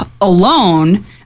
alone